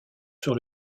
sur